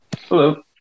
Hello